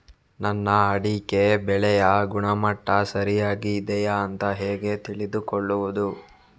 ನನ್ನ ಅಡಿಕೆ ಬೆಳೆಯ ಗುಣಮಟ್ಟ ಸರಿಯಾಗಿ ಇದೆಯಾ ಅಂತ ಹೇಗೆ ತಿಳಿದುಕೊಳ್ಳುವುದು?